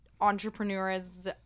entrepreneurs